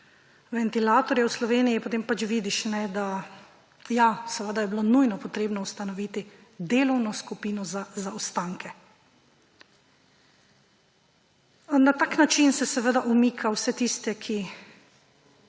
ventilatorjev v Sloveniji, potem pač vidiš, da, ja, seveda je bilo nujno treba ustanoviti delovno skupino za zaostanke. Na tak način se umika vse tiste, ki